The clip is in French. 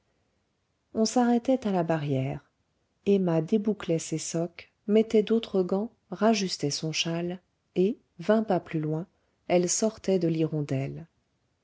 on s'arrêtait à la barrière emma débouclait ses socques mettait d'autres gants rajustait son châle et vingt pas plus loin elle sortait de l'hirondelle